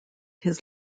his